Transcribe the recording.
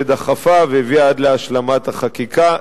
ודחפה והביאה עד להשלמת החקיקה.